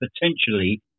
potentially